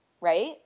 right